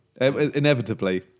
Inevitably